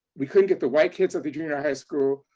we couldn't get the white kids at the junior high school,